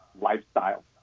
lifestyle